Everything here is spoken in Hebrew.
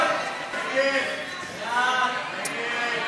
ההצעה להעביר את